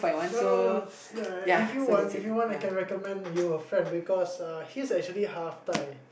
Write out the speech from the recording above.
no no no no no if you want if you want I can recommend you a friend because uh he's actually half Thai